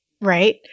right